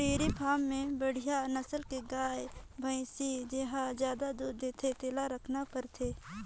dairy farm में बड़िहा नसल के गाय, भइसी जेहर जादा दूद देथे तेला रखना परथे